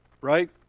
Right